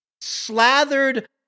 slathered